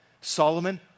Solomon